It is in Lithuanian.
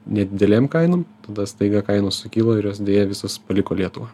nedidelėm kainom tada staiga kainos sukilo ir jos deja visos paliko lietuvą